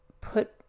put